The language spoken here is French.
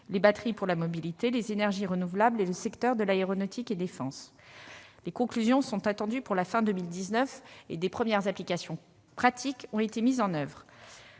les batteries pour la mobilité, les énergies renouvelables et le secteur de l'aéronautique et défense. Les conclusions sont attendues pour la fin de l'année 2019, et des premières applications pratiques ont été mises en oeuvre.